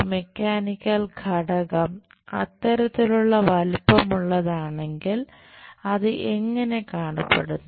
ഒരു മെക്കാനിക്കൽ ഘടകം അത്തരത്തിലുള്ള വലുപ്പമുള്ളതാണെങ്കിൽ അത് എങ്ങനെ കാണപ്പെടുന്നു